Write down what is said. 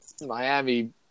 Miami